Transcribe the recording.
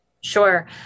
Sure